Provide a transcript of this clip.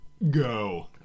Go